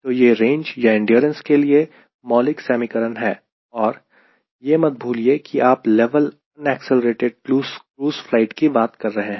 तो यह रेंज या एंड्योरेंस के लिए मौलिक समीकरण है और यह मत भूलिए कि आप level unaccelerated cruise flight की बात कर रहे हैं